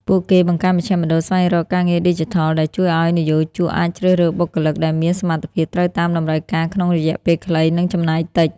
ពួកគេបង្កើតមជ្ឈមណ្ឌលស្វែងរកការងារឌីជីថល ដែលជួយឱ្យនិយោជកអាចជ្រើសរើសបុគ្គលិកដែលមានសមត្ថភាពត្រូវតាមតម្រូវការក្នុងរយៈពេលខ្លី និងចំណាយតិច។